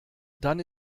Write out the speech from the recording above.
dann